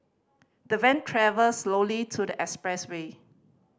the van travelled slowly to the expressway